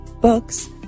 books